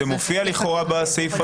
זה מופיע לכאורה בסעיף הראשון.